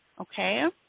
okay